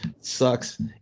sucks